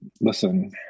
listen